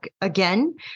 again